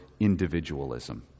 individualism